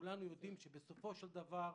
כולנו יודעים שבסופו של דבר,